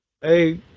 Hey